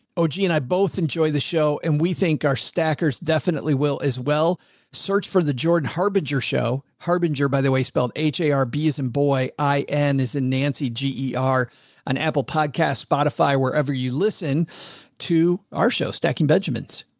oh, gee, and i both enjoy the show and we think our stackers definitely will as well search for the jordan harbinger show harbinger, by the way, spelled h a r b in boy, i n as in nancy, g e r on apple podcast, spotify, wherever you listen to our show stacking benjamins.